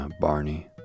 Barney